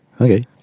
okay